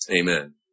Amen